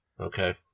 Okay